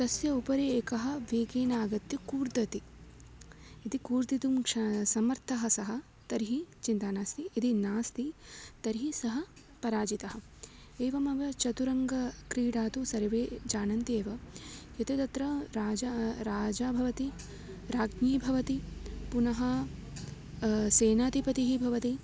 तस्य उपरि एकः वेगेनागत्य कूर्दते यदि कूर्दितुं श् समर्थः सः तर्हि चिन्ता नास्ति यदि नास्ति तर्हि सः पराजितः एवमेव चतुरङ्गक्रीडा तु सर्वे जानन्ति एव यदि तत्र राजा राजा भवति राज्ञी भवति पुनः सेनाधिपतिः भवति